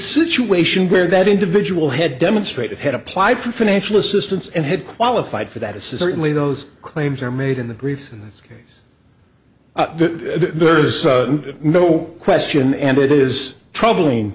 situation where that individual had demonstrated had applied for financial assistance and had qualified for that it says certainly those claims are made in the briefings there's no question and it is troubling